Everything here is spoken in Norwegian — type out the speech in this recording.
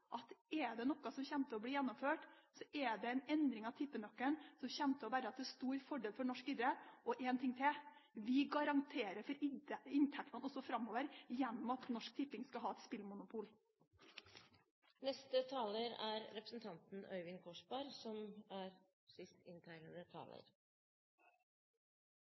til å bli gjennomført, er det en endring av tippenøkkelen, noe som kommer til å være til stor fordel for norsk idrett. Og en ting til: Vi garanterer også for inntektene framover gjennom at Norsk Tipping skal ha et spillmonopol. La meg begynne der representanten